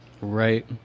right